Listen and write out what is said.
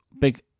big